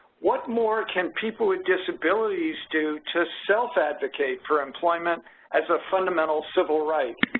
what more can people with disabilities do to self-advocate for employment as a fundamental civil right?